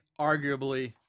arguably